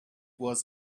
was